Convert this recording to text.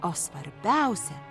o svarbiausia